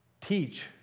teach